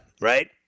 right